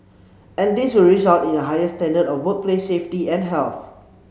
and this will result in a higher standard of workplace safety and health